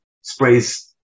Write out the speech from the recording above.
sprays